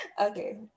Okay